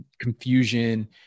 confusion